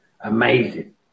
Amazing